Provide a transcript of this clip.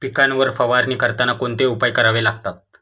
पिकांवर फवारणी करताना कोणते उपाय करावे लागतात?